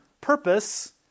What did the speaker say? purpose